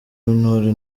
w’intore